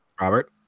Robert